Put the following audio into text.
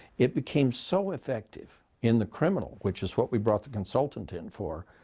it became so effective in the criminal, which is what we brought the consultant in for,